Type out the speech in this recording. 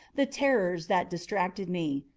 the terrors that distracted me.